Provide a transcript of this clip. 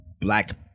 black